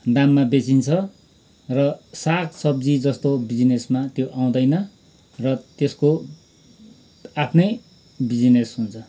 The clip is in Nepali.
दाममा बेचिन्छ र सागसब्जी जस्तो बिजनेसमा त्यो आउँदैन र त्यसको आफ्नै बिजनेस हुन्छ